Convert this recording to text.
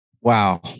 Wow